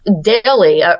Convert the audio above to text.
daily